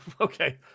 Okay